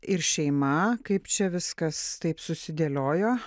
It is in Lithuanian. ir šeima kaip čia viskas taip susidėliojo